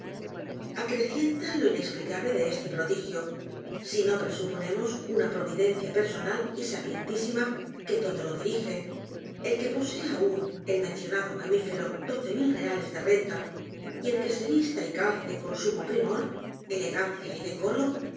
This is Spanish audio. acrecienta lo inexplicable de este prodigio si no presuponemos una provi dencia personal y sapientísima que todo lo dirige el que posea aún el mencionado mamífero doce mil reales de renta y el que se vista y calce con sumo primor elegancia y decoro